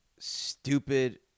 stupid